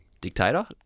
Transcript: Dictator